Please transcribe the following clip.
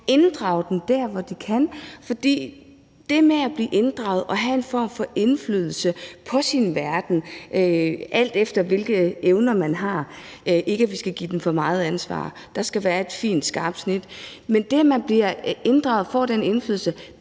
inddrage dem der, hvor de kan være med, for det med at blive inddraget og få en form for indflydelse på ens verden, alt efter hvilken alder man har – det betyder ikke, at vi skal give dem for meget ansvar; der skal lægges et fint, skarpt snit – er faktisk også noget, der er med til